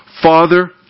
Father